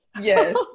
Yes